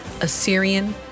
Assyrian